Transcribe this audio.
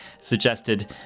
suggested